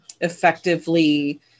effectively